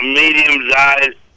medium-sized